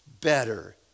better